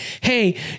Hey